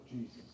Jesus